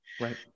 Right